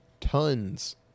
tons